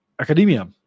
academia